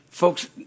Folks